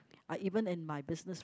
I even in my business